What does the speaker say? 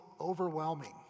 overwhelming